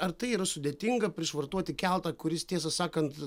ar tai yra sudėtinga prišvartuoti keltą kuris tiesą sakant